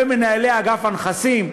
ומנהלי אגף הנכסים,